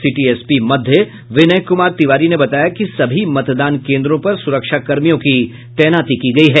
city SP मध्य विनय कुमार तिवारी ने बताया कि सभी मतदान केंद्रों पर सुरक्षा कर्मियों की तैनाती की गयी है